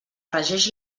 regeix